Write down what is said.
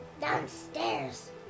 Downstairs